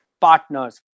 partners